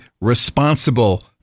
responsible